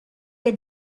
had